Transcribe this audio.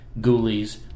Ghoulies